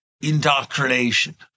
indoctrination